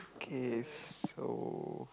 K so